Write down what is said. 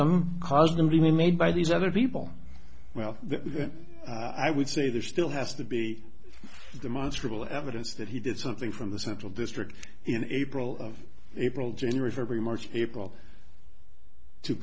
them cars going to be made by these other people well i would say there still has to be the most real evidence that he did something from the central district in april of april january february march april to